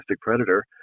predator